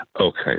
okay